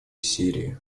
сирии